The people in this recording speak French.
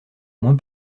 moins